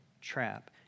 trap